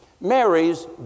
marries